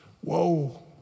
Whoa